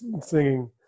singing